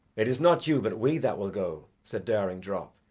it is not you, but we that will go, said daring drop,